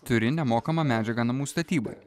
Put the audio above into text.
turi nemokamą medžiagą namų statybai